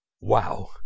Wow